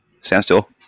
standstill